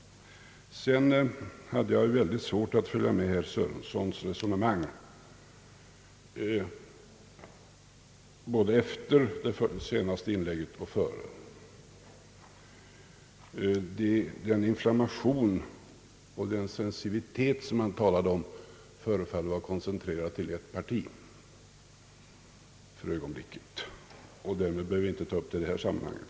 Jag hade väldigt svårt att följa med i herr Sörensons resonemang både före och efter det senaste inlägget. Den inflammation och den sensitivitet han talade om förefaller för ögonblicket vara koncentrerad till ett parti, men det behöver vi kanske inte ta upp i detta sammanhang.